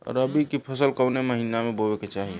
रबी की फसल कौने महिना में बोवे के चाही?